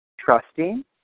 trusting